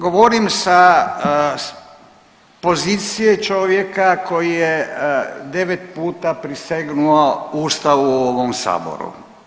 Govorim sa pozicije čovjeka koji je 9 puta prisegnuo Ustavu u ovom saboru.